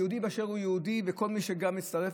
יהודי באשר הוא יהודי, וגם כל מי שגם הצטרף.